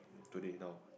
today now